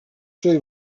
şey